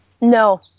No